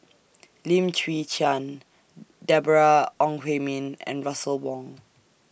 Lim Chwee Chian Deborah Ong Hui Min and Russel Wong